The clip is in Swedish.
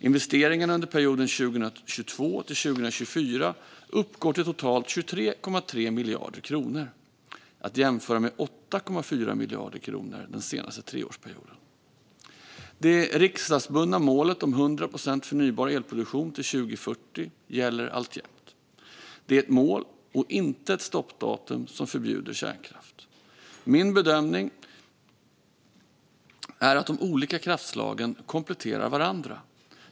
Investeringarna under perioden 2022-2024 uppgår till totalt 23,3 miljarder kronor. Det kan jämföras med 8,4 miljarder kronor den senaste treårsperioden. Det riksdagsbundna målet om 100 procent förnybar elproduktion till 2040 gäller alltjämt. Det är ett mål och inte ett stoppdatum då kärnkraft ska förbjudas. Min bedömning är att de olika kraftslagen kompletterar varandra.